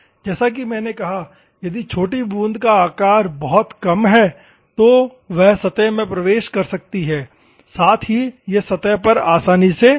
जैसा कि मैंने कहा कि यदि छोटी बूंद का आकार बहुत कम है तो वह सतह में प्रवेश कर सकती है साथ ही यह सतह पर आसानी से फैल सकती है